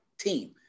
team